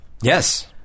Yes